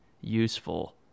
useful